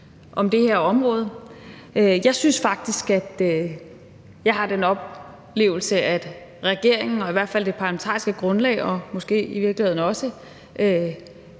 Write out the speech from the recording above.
på det her område. Jeg synes faktisk, at jeg har den oplevelse, at regeringen og i hvert fald det parlamentariske grundlag og måske i virkeligheden også